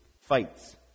fights